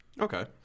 Okay